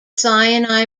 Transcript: sinai